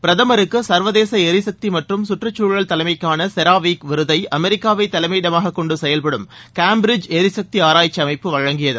பிரதமருக்கு சர்வதேச எரிசக்தி மற்றம் கற்றுக்குழல் தலைமைக்கான செராவீக் விருதை அமெரிக்காவை தலைமையிடமாகக் கொண்டு செயல்படும் சேம்பிரிட்ஜ் எரிசக்தி ஆராய்ச்சி அமைப்பு வழங்கியது